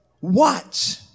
watch